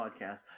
podcast